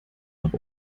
nach